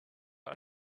are